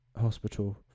hospital